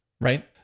right